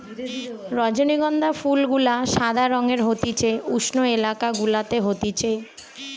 রজনীগন্ধা ফুল গুলা সাদা রঙের হতিছে উষ্ণ এলাকা গুলাতে হতিছে